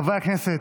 חברי הכנסת,